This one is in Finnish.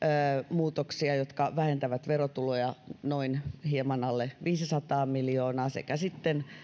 muutoksia jotka vähentävät verotuloja hieman alle viisisataa miljoonaa